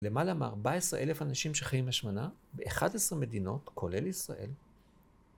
למעלה מארבע עשרה אלף אנשים שחיים בהשמנה באחת עשרה מדינות כולל ישראל.